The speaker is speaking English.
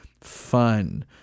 fun